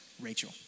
Rachel